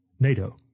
NATO